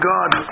God